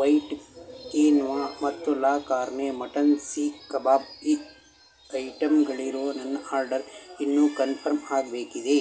white quinoa ಮತ್ತು la carne mutton seekh kebab ಈ ಐಟಂಗಳಿರೋ ನನ್ನ ಆರ್ಡರ್ ಇನ್ನೂ ಕನ್ಫರ್ಮ್ ಆಗಬೇಕಿದೆ